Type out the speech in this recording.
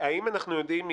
האם אנחנו יודעים,